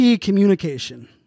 communication